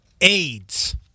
AIDS